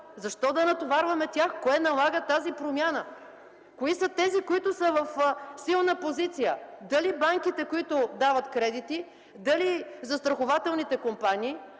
Защо да натоварваме тях?! Кое налага тази промяна? Кои са тези, които са в силна позиция? – Дали банките, които дават кредити, дали застрахователните компании,